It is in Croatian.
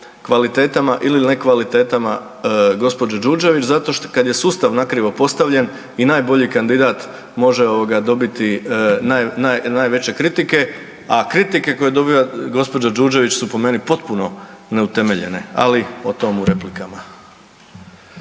kvalitetama ili nekvalitetama gospođe Đurđević zato kad je sustav na krivo postavljen i najbolji kandidat može dobiti najveće kritike, a kritike koje dobiva gospođa Đurđević su po meni potpuno neutemeljene. Ali o tome u replikama.